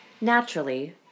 Naturally